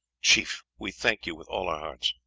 chief, we thank you with all our hearts.